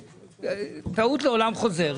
טעות לעולם חוזרת.